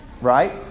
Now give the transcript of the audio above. Right